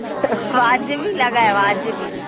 वाजिबी लॻाए वाजिबी